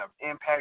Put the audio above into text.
Impact